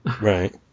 Right